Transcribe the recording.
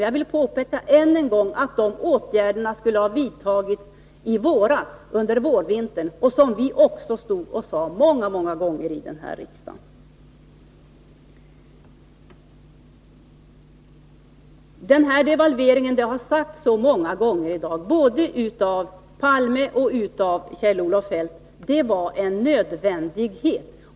Jag vill dock än en gång påpeka att de åtgärderna borde ha vidtagits under vårvintern, något som vi också sade många gånger här i riksdagen. Både Olof Palme och Kjell-Olof Feldt har sagt många gånger i dag att devalveringen var nödvändig.